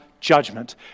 judgment